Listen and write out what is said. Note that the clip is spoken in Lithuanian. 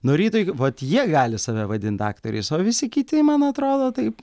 nuo ryto iki vat jie gali save vadint aktoriais o visi kiti man atrodo taip